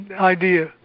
idea